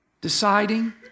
deciding